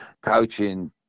Coaching